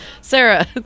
Sarah